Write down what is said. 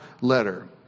letter